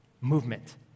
movement